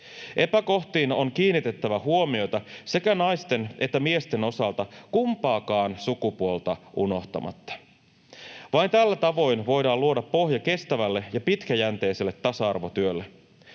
Epäkohtiin on kiinnitettävä huomiota sekä naisten että miesten osalta kumpaakaan sukupuolta unohtamatta. Vain tällä tavoin voidaan luoda pohja kestävälle ja pitkäjänteiselle tasa-arvotyölle.